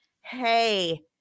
hey